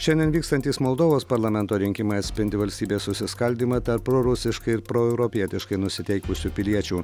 šiandien vykstantys moldovos parlamento rinkimai atspindi valstybės susiskaldymą tarp prorusiškai ir proeuropietiškai nusiteikusių piliečių